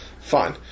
Fine